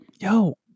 Yo